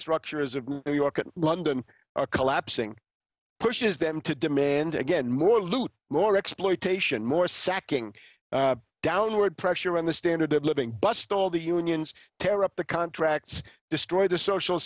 structure is a new york and london are collapsing pushes them to demand again more loot more exploitation more sacking downward pressure on the standard of living bust all the unions tear up the contracts destroy the social